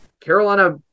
Carolina